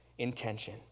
intention